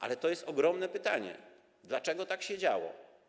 Ale to jest ogromne pytanie: Dlaczego tak się działo?